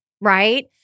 right